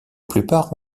plupart